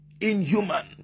inhuman